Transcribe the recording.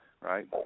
right